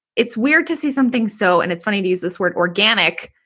it's weird to see something so and it's funny to use this word organic.